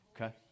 okay